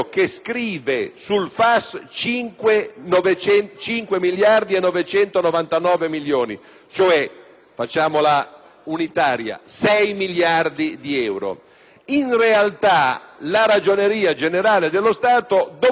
cioecirca 6 miliardi di euro; in realta, la Ragioneria generale dello Stato documenta alla Commissione bilancio che le risorse ammontano a meno di 3 miliardi di euro: